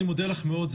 אני מודה לך מאוד,